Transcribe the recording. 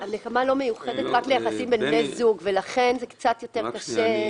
הנקמה לא ייחודית רק ליחסים בין בני זוג ולכן זה קצת יותר קשה.